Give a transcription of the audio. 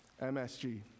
MSG